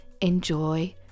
Enjoy